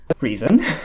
reason